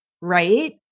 Right